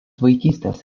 vaikystės